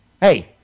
Hey